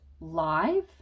live